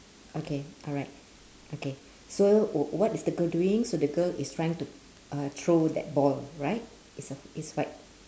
okay alright okay so wh~ what is the girl doing so the girl is trying to uh throw that ball right it's a it's white